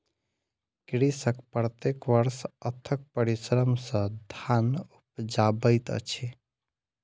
कृषक प्रत्येक वर्ष अथक परिश्रम सॅ धान उपजाबैत अछि